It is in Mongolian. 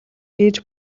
хийж